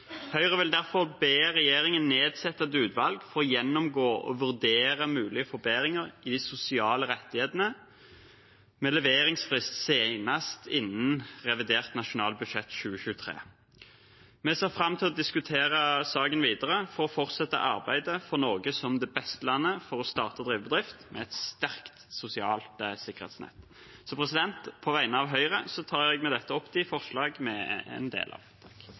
Høyre vil derfor be regjeringen nedsette et utvalg for å gjennomgå og vurdere mulige forbedringer i de sosiale rettighetene, med leveringsfrist senest innen revidert nasjonalbudsjett 2023. Vi ser fram til å diskutere saken videre, for å fortsette arbeidet for Norge som det beste landet for å starte og drive bedrift, med et sterkt sosialt sikkerhetsnett. På vegne av Høyre tar jeg med dette opp det forslaget vi er en del av.